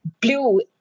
blue